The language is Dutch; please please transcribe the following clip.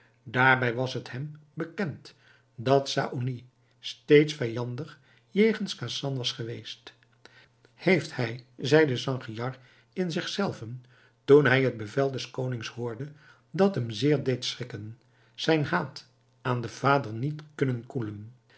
daarbij was het hem bekend dat saony steeds vijandig jegens khasan was geweest heeft hij zeide sangiar in zich zelven toen hij het bevel des konings hoorde dat hem zeer deed schrikken zijn haat aan den vader niet kunnen koelen